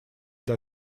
для